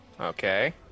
Okay